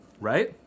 Right